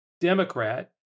Democrat